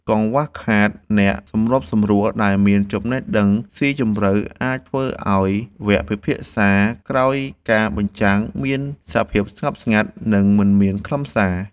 កង្វះខាតអ្នកសម្របសម្រួលដែលមានចំណេះដឹងស៊ីជម្រៅ អាចធ្វើឱ្យវគ្គពិភាក្សាក្រោយការបញ្ចាំងមានសភាពស្ងប់ស្ងាត់ និងមិនមានខ្លឹមសារ។